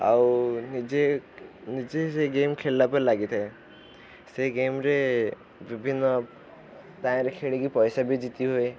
ଆଉ ନିଜେ ନିଜେ ସେଇ ଗେମ୍ ଖେଳିଲା ପରେ ଲାଗିଥାଏ ସେ ଗେମ୍ରେ ବିଭିନ୍ନ ତାଇଁରେ ଖେଳିକି ପଇସା ବି ଜିତି ହୁଏ